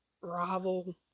rival